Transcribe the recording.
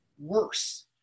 worse